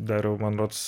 dariau man rodos